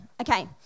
okay